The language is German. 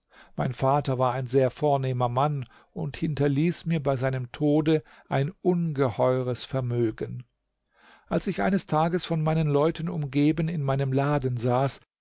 mein vater war ein sehr vornehmer mann und hinterließ mir bei seinem tode ein ungeheures vermögen als ich eines tages von meinen leuten umgeben in meinem laden saß